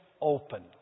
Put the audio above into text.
open